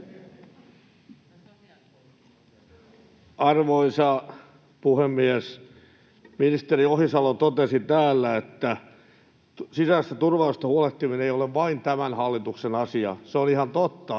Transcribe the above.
Arvoisa puhemies! Ministeri Ohisalo totesi täällä, että sisäisestä turvallisuudesta huolehtiminen ei ole vain tämän hallituksen asia. Se on ihan totta.